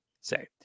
say